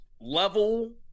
Level